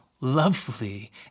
lovely